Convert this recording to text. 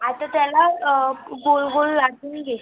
आता त्याला गोल गोल लाटून घे